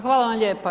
Hvala vam lijepa.